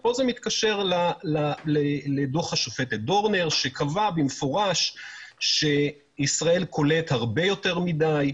פה זה מתקשר לדוח השופטת דורנר שקבע במפורש שישראל כולאת הרבה יותר מדי,